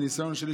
מניסיון שלי,